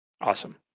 Awesome